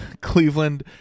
Cleveland